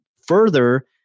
further